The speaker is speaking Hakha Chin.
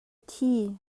thi